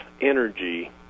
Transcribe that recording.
energy